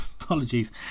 apologies